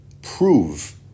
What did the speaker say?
prove